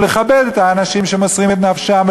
ולכבד את האנשים שמוסרים את נפשם,